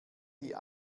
die